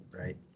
right